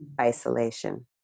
isolation